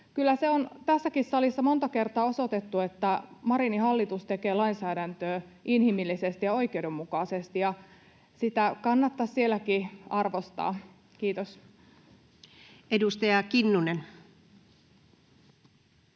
Kyllä se on tässäkin salissa monta kertaa osoitettu, että Marinin hallitus tekee lainsäädäntöä inhimillisesti ja oikeudenmukaisesti, ja sitä kannattaisi sielläkin arvostaa. — Kiitos. [Speech